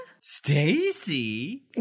Stacy